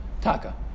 Taka